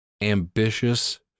ambitious